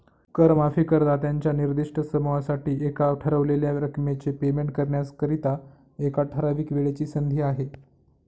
कर माफी करदात्यांच्या निर्दिष्ट समूहासाठी एका ठरवलेल्या रकमेचे पेमेंट करण्याकरिता, एका ठराविक वेळेची संधी आहे